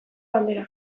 bandera